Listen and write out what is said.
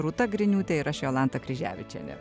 rūta griniūtė ir aš jolanta kryževičienė